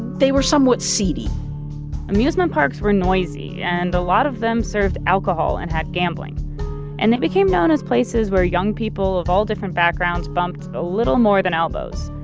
they were somewhat seedy amusement parks were noisy and a lot of them served alcohol and had gambling and they became known as places where young people of all different backgrounds bumped a little more than elbows.